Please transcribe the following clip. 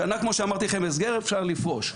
אחרי שנה הסגר, כמו שאמרתי לכם, אפשר לפרוש.